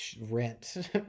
Rent